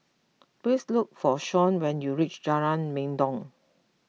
please look for Shawn when you reach Jalan Mendong